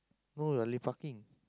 no we're lepaking